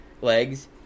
legs